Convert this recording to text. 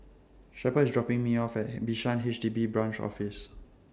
Shepherd IS dropping Me off At Bishan H D B Branch Office